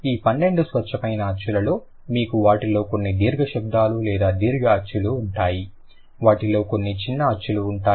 ఈ 12 స్వచ్ఛమైన అచ్చులలో మీకు వాటిలో కొన్ని దీర్ఘ శబ్దాలు లేదా దీర్ఘ అచ్చులు ఉంటాయి వాటిలో కొన్ని చిన్న అచ్చులు ఉంటాయి